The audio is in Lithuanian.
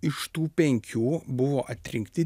iš tų penkių buvo atrinkti